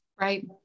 Right